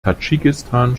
tadschikistan